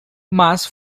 mas